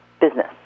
business